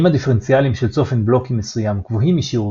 אם הדיפרנציאלים של צופן בלוקים מסוים גבוהים משיעור